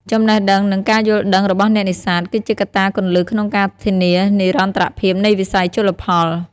ចំណេះដឹង និងការយល់ដឹងរបស់អ្នកនេសាទ គឺជាកត្តាគន្លឹះក្នុងការធានានិរន្តរភាពនៃវិស័យជលផល។